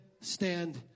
stand